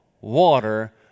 water